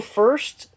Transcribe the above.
first